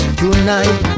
tonight